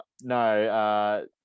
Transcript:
no